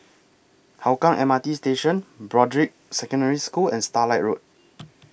Hougang M R T Station Broadrick Secondary School and Starlight Road